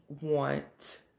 want